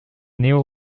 néo